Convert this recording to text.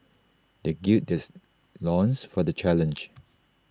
they gird theirs loins for the challenge